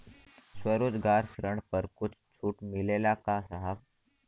स्वरोजगार ऋण पर कुछ छूट मिलेला का साहब?